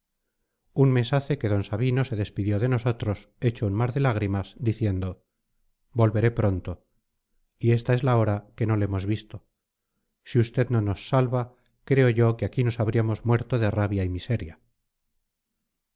un mes hace que d sabino se despidió de nosotros hecho un mar de lágrimas diciendo volveré pronto y esta es la hora que no le hemos visto si usted no nos salva creo yo que aquí nos habríamos muerto de rabia y miseria